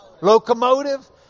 locomotive